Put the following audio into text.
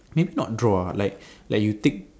maybe not draw ah like like you take